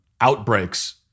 outbreaks